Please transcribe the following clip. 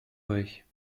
euch